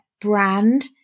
brand